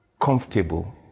comfortable